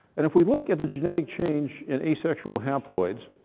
and if we look at the genetic change in asexual haploids,